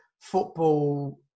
football